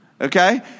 okay